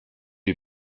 lui